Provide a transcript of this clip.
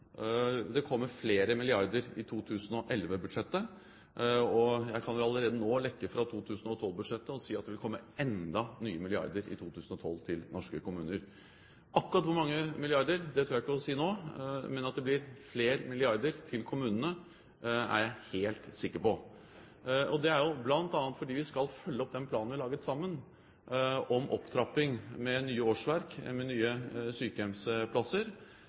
Det kommer flere milliarder i 2011-budsjettet, og jeg kan vel allerede nå lekke fra 2012-budsjettet og si at det vil komme enda nye milliarder i 2012 til norske kommuner. Akkurat hvor mange milliarder tør jeg ikke si nå, men at det blir flere milliarder til kommunene, er jeg helt sikker på. Og det er jo bl.a. fordi vi skal følge opp den planen vi har laget sammen om opptrapping, med nye årsverk, med nye sykehjemsplasser.